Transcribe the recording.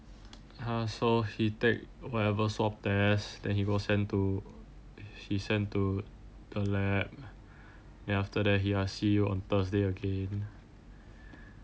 !huh! so he take whatever swab test then he go send to he send to the lab then after that he ask see you on thursday again